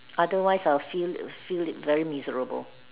otherwise I will feel feel it very miserable